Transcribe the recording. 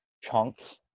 Chunks